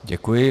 Děkuji.